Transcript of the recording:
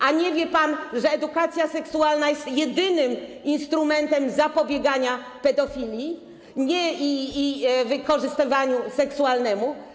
A nie wie pan, że edukacja seksualna jest jedynym instrumentem zapobiegania pedofilii i wykorzystywaniu seksualnemu?